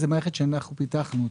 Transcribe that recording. זו מערכת שפיתחנו אותה.